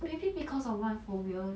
would it be because of what phobia